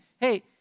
Hey